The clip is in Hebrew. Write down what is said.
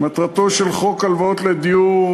מטרתו של חוק הלוואות לדיור,